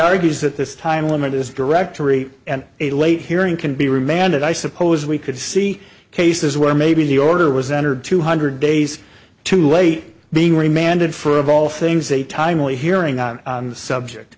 argues that this time limit is directory and a late hearing can be remanded i suppose we could see cases where maybe the order was entered two hundred days too late being reminded for of all things a timely hearing on the subject